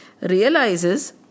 realizes